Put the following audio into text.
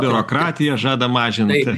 biurokratiją žada mažint